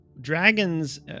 dragons